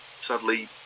sadly